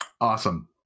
Awesome